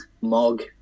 Mog